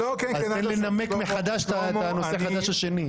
אז תן לנמק מחדש את הנושא השני.